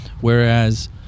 Whereas